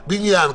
בניין,